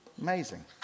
Amazing